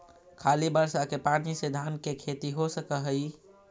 खाली बर्षा के पानी से धान के खेती हो सक हइ?